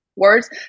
words